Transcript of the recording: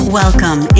welcome